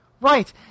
Right